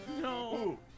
No